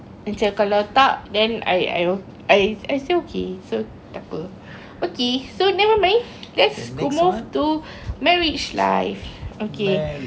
macam kalau tak then I I I I still okay so takpe okay so nevermind let's move to marriage life okay